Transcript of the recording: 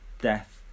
death